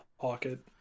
pocket